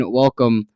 welcome